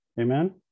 amen